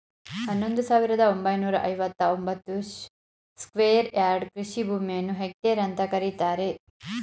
ಹನ್ನೊಂದು ಸಾವಿರದ ಒಂಬೈನೂರ ಐವತ್ತ ಒಂಬತ್ತು ಸ್ಕ್ವೇರ್ ಯಾರ್ಡ್ ಕೃಷಿ ಭೂಮಿಯನ್ನು ಹೆಕ್ಟೇರ್ ಅಂತ ಕರೀತಾರೆ